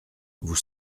vous